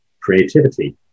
creativity